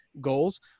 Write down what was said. goals